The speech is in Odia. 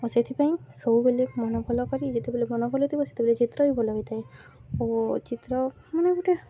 ଓ ସେଥିପାଇଁ ସବୁବେଲେ ମନ ଭଲ କରି ଯେତେବେଲେ ମନ ଭଲ ଥିବ ସେତେବେଲେ ଚିତ୍ର ବି ଭଲ ହୋଇଥାଏ ଓ ଚିତ୍ର ମାନେ ଗୋଟେ